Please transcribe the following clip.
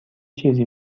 چیزی